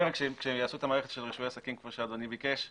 כאשר הם יעשו את המערכת של רישוי עסקים כמו שאדוני ביקש,